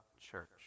church